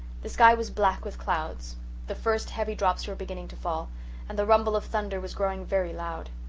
the sky was black with clouds the first heavy drops were beginning to fall and the rumble of thunder was growing very loud.